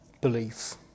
belief